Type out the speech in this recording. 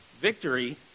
victory